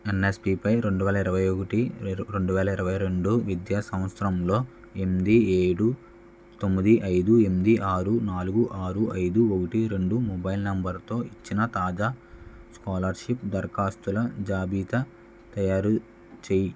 ఎన్ఎస్పిపై రెండు వేల ఇరవై ఒకటి రెండు వేల ఇరవై రెండు విద్యా సంవత్సరంలో ఎనిమిది ఏడు తొమ్మిది ఐదు ఎనిమిది ఆరు నాలుగు ఆరు ఐదు ఒకటి రెండు మొబైల్ నంబరుతో ఇచ్చిన తాజా స్కాలర్షిప్ దరఖాస్తుల జాబితా తయారుచేయి